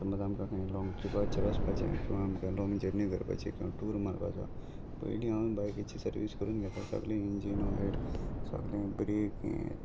समज आमकां खंय लॉंग ट्रिपाचेर वचपाचें किंवां आमकां लॉंग जर्नी करपाचें किंवां टूर मारपाचें पयलीं हांव बायकीची सर्वीस करून घेता सगलें इंजीन ऑयल सगळें ब्रेक हे